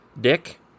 Dick